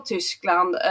Tyskland